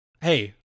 Hey